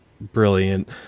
brilliant